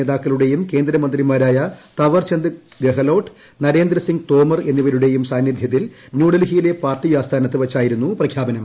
നേതാക്കളുടെയും മുതിർന്ന കേന്ദ്രമന്ത്രിമാരായ തവർചന്ദ് ചാന്ദ് ഗഹ്ലോട്ട് നരേന്ദ്രസിംഗ് തോമർ എന്നിവരുടെയും സാന്നിധൃത്തിൽ ന്യൂഡൽഹിയിലെ പാർട്ടി ആസ്ഥാനത്ത് വച്ചായിരുന്നു പ്രഖ്യാപനം